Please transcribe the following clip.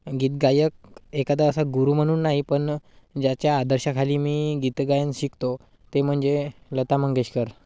गीत गायक एखादा असा गुरू म्हणून नाही पण ज्याच्या आदर्शाखाली मी गीत गायन शिकतो ते म्हणजे लता मंगेशकर